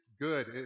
good